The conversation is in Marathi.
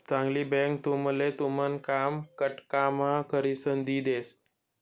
चांगली बँक तुमले तुमन काम फटकाम्हा करिसन दी देस